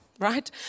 Right